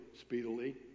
speedily